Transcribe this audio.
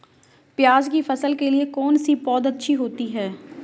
प्याज़ की फसल के लिए कौनसी पौद अच्छी होती है?